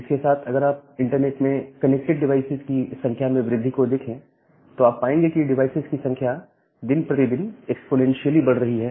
इसके साथ अगर आप इंटरनेट में कनेक्टेड डिवाइसेज की संख्या में वृद्धि को देखें तो आप पाएंगे की डिवाइसेज की संख्या दिन प्रतिदिन एक्स्पोनेंशियली बढ़ रही है